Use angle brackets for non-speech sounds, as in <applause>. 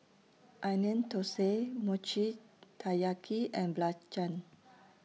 Onion Thosai Mochi Taiyaki and Belacan <noise>